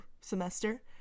semester